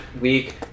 week